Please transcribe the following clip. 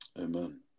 Amen